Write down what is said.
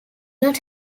not